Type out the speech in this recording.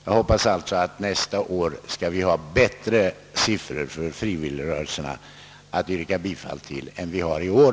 Jag hoppas alltså att vi nästa år skall ha bättre siffror för frivilligrörelserna att yrka bifall till än vi har i år.